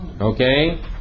okay